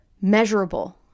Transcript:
Measurable